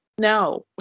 No